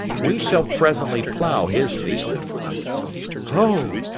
we shall presently plow his field ho!